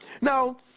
Now